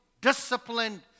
disciplined